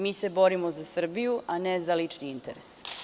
Mi se borimo za Srbiju, a ne za lični interes.